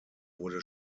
wurde